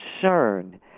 concern